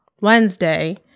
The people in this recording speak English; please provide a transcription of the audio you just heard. Wednesday